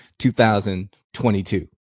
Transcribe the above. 2022